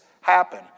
happen